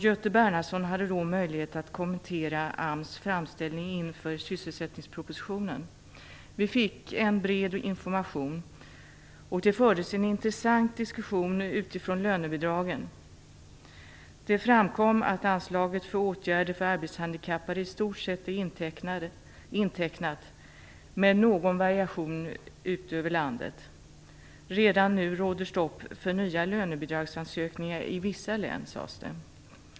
Göte Bernhardsson hade då möjlighet att kommentera AMS framställning inför sysselsättningspropositionen. Vi fick en bred information, och det fördes en intressant diskussion utifrån lönebidragen. Det framkom att anslaget för Åtgärder för arbetshandikappade i stort sett var intecknat med någon variation över landet. Redan nu råder stopp för nya lönebidragsansökningar i vissa län, sades det.